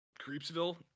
Creepsville